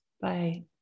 Bye